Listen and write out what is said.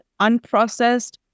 unprocessed